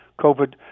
COVID